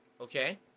Okay